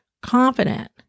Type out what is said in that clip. confident